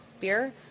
beer